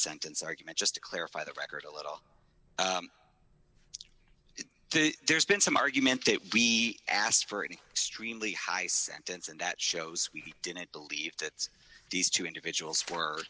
sentence argument just to clarify the record a little there's been some argument that we asked for an extremely high sentence and that shows we didn't believe that these two individuals